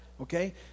okay